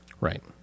Right